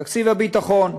תקציב הביטחון.